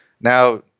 Now